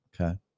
Okay